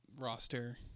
roster